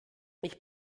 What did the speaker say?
ich